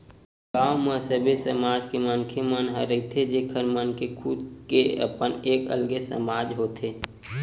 गाँव म सबे समाज के मनखे मन ह रहिथे जेखर मन के खुद के अपन एक अलगे समाज होथे